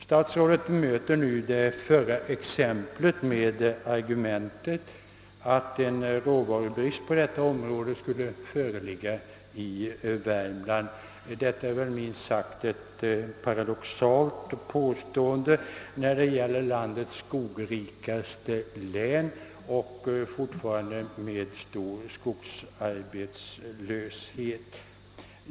Statsrådet möter nu det förra exemplet med argumentet att en råvarubrist på detta område skulle föreligga i Värmland. Detta är minst sagt ett paradoxalt påstående när det gäller landets skogrikaste län som fortfarande har stor skogsarbetslöshet.